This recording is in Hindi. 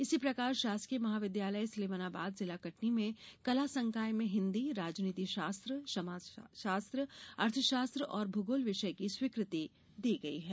इसी प्रकार शासकीय महाविद्यालय स्लीमनाबाद जिला कटनी में कला संकाय में हिन्दी राजनीति शास्त्र समाज शास्त्र अर्थशास्त्र और भूगोल विषय की स्वीकृति दी गई है